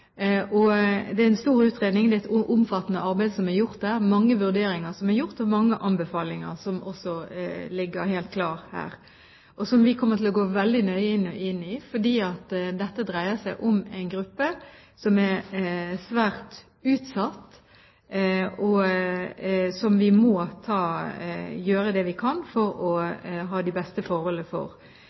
Det er en stor utredning. Det er et omfattende arbeid som er gjort der. Det er mange vurderinger som er gjort, og det er helt klart mange anbefalinger som ligger her. Vi kommer til å gå veldig nøye inn i dem, fordi dette dreier seg om en gruppe som er svært utsatt, og vi må gjøre det vi kan for at de skal ha de beste